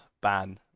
Ban